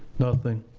nothing.